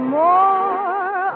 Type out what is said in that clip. more